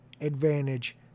advantage